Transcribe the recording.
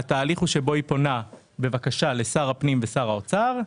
התהליך הוא כזה שבו היא פונה בבקשה לשר הפנים ושר האוצר,